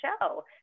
show